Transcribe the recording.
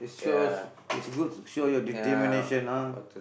shows it's good show your determination ah